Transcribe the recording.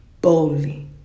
boldly